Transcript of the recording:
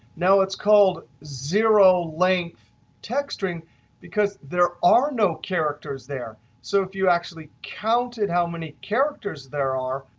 now, it's called zero length text string because there are no characters there. so if you actually counted how many characters there are,